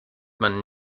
man